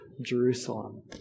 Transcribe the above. Jerusalem